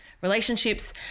Relationships